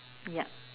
yup